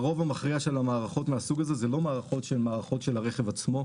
הרוב המכריע של המערכות מהסוג הזה זה לא מערכות של הרכב עצמו,